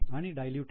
आणि डायलूटेड इ